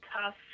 Tough